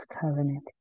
covenant